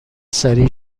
سریع